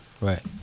Right